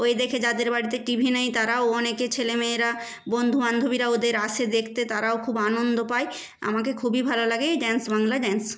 ওই দেখে যাদের বাড়িতে টিভি নেই তারাও অনেকে ছেলেমেয়েরা বন্ধু বান্ধবীরা ওদের আসে দেখতে তারাও খুব আনন্দ পায় আমাকে খুবই ভালো লাগে এই ডান্স বাংলা ডান্স